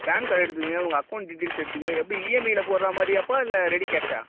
pan card எடுத்துக்கங்க உங்கள் account details எடுத்துங்க எப்படி இஎம்ஐயில் போடுகிற மாதிரியாப்பா இல்லை ரெடி கேஷ்ஷா